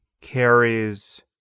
carries